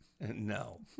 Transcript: No